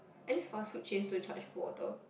at least fast food chains don't charge for water